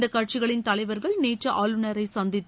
இந்தக் கட்சிகளின் தலைவர்கள் நேற்று ஆளுநரை சந்தித்து